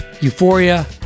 Euphoria